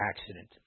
accident